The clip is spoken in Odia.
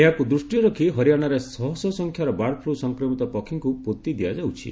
ଏହାକୁ ଦୃଷ୍ଟିରେ ରଖି ହରିଆଣାରେ ଶହଶହ ସଂଖ୍ୟାର ବାର୍ଡଫ୍ଲ ସଂକ୍ରମିତ ପକ୍ଷୀଙ୍କୁ ପୋତି ଦିଆଯାଉଛି